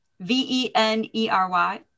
v-e-n-e-r-y